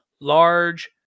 large